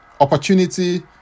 opportunity